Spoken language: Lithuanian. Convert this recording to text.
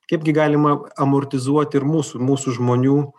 kaip gi galima amortizuoti ir mūsų mūsų žmonių